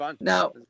Now